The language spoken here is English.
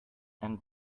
and